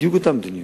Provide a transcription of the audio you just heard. בדיוק אותה מדיניות.